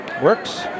Works